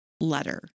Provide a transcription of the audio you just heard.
letter